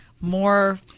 more